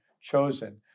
chosen